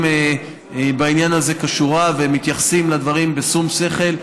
בעניין הזה כשורה ומתייחסים לדברים בשום שכל.